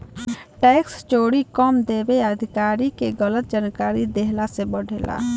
tax चोरी कम देवे आ अधिकारी के गलत जानकारी देहला से बढ़ेला